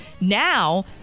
Now